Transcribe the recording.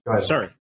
Sorry